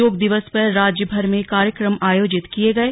योग दिवस पर राज्यभर में कार्यक्रम आयोजित किये गए